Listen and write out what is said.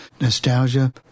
nostalgia